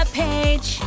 page